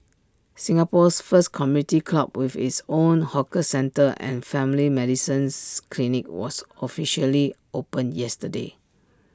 Singapore's first community club with its own hawker centre and family medicine's clinic was officially opened yesterday